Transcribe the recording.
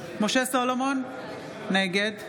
משה סולומון, נגד